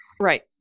Right